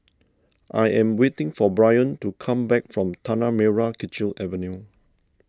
I am waiting for Bryon to come back from Tanah Merah Kechil Avenue